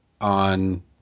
on